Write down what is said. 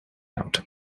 out